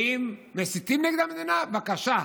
ואם מסיתים נגד המדינה, בבקשה,